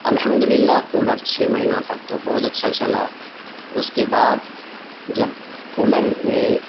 الحمد للہ کولر چھ مہینہ تک تو بہت اچھا چلا اس کے بعد جب کولر نے